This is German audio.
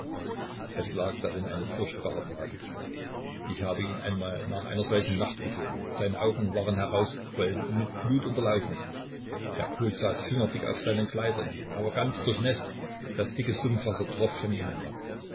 es lag darin eine furchtbare tragik ich habe ihn einmal nach einer solchen nacht gesehen seine augen waren herausgequollen und mit blut unterlaufen der kot saß fingerdick auf seinen kleidern er war ganz durchnäßt das dicke sumpfwasser troff von ihm herab